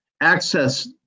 Access